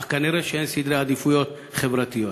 אך כנראה אין סדרי עדיפויות חברתיים.